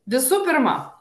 visų pirma